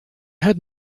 had